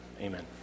Amen